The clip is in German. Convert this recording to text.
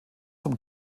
zum